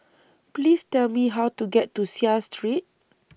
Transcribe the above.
Please Tell Me How to get to Seah Street